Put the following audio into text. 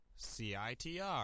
CITR